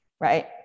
right